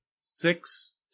six